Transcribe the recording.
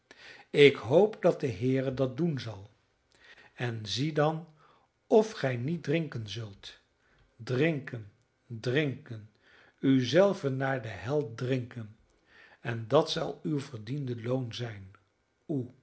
ik hoop dat de heere dat doen zal en zie dan of gij niet drinken zult drinken drinken u zelve naar de hel drinken en dat zal uw verdiende loon zijn oe